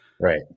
Right